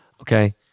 Okay